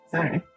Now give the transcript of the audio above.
Sorry